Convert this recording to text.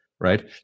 right